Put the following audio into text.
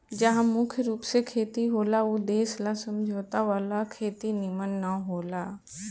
जहा मुख्य रूप से खेती होला ऊ देश ला समझौता वाला खेती निमन न होला